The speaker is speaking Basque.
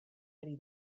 ari